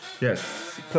Yes